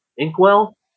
inkwell